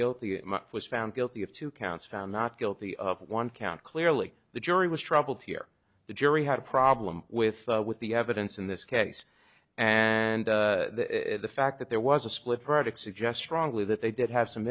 guilty he was found guilty of two counts found not guilty of one count clearly the jury was troubled here the jury had a problem with with the evidence in this case and the fact that there was a split verdict suggest strongly that they did have some